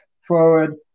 forward